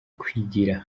kwigira